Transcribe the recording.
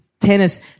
tennis